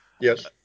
Yes